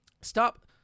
stop